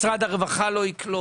משרד הרווחה לא יקלוט,